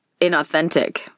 inauthentic